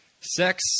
Sex